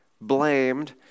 blamed